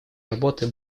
работы